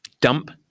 dump